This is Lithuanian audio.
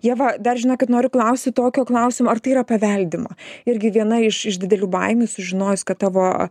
ieva dar žinokit noriu klausti tokio klausimo ar tai yra paveldima irgi viena iš iš didelių baimių sužinojus kad tavo